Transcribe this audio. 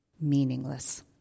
meaningless